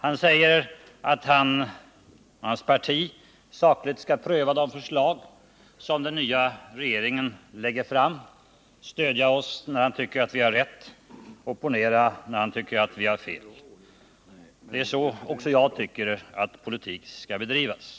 Han säger att han och hans parti sakligt skall pröva de förslag som den nya regeringen lägger fram — stödja oss när han tycker att vi har rätt och opponera när han tycker att vi har fel. Så tycker också jag att politik skall bedrivas.